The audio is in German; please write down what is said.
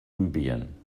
libyen